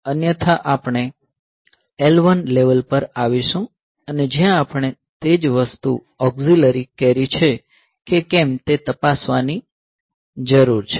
અન્યથા આપણે L1 level પર આવીશું અને જ્યાં આપણે તે જ વસ્તુ ઓક્ઝિલરી કેરી છે કે કેમ તે તપાસવા ની જરૂર છે